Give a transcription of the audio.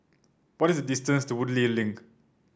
what is the distance to Woodleigh Link